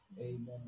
Amen